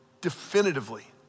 definitively